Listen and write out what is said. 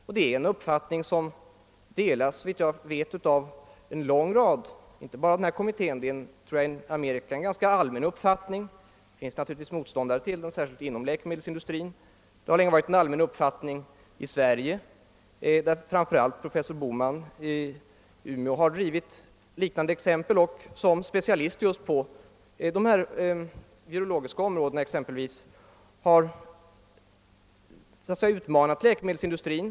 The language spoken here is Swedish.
Jag tror att den är ganska allmän i Amerika, även om det naturligtvis — särskilt inom läkemedelsindustrin — förekommer andra meningar. Det har också länge varit en allmän uppfattning i Sverige. Särskilt professor Boman i Umeå har anfört liknande exempel, och han har som specialist just på det virologiska området utmanat läkemedelsindustrin.